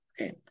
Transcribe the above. Okay